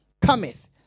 cometh